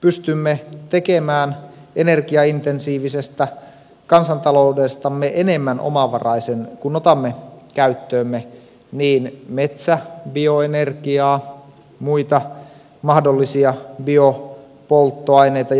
pystymme tekemään energiaintensiivisestä kansantaloudestamme enemmän omavaraisen kun otamme käyttöömme metsäbioenergiaa muita mahdollisia biopolttoaineita